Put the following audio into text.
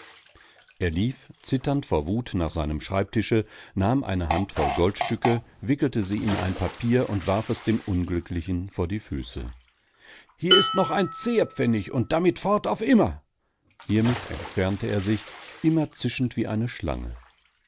er lief zitternd vor wut nach seinem schreibtische nahm eine handvoll goldstücke wickelte sie in ein papier und warf es dem unglücklichen vor die füße hier ist noch ein zehrpfennig und damit fort auf immer hiemit entfernte er sich immer zischend wie eine schlange